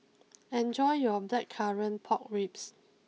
enjoy your blackcurrant Pork Ribs